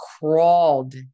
crawled